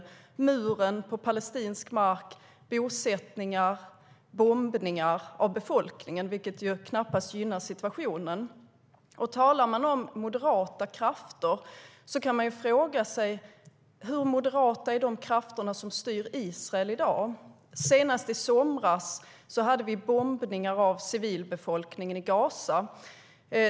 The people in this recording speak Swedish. Det är muren på palestinsk mark, bosättningar och bombningar av befolkningen, vilket knappast gynnar situationen. På tal om moderata krafter kan man fråga sig hur moderata de krafter som styr Israel är. Senast i somras bombades civilbefolkningen i Gaza.